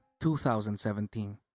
2017